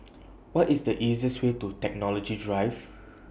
What IS The easiest Way to Technology Drive